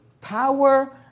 power